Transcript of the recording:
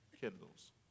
kindles